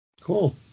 Cool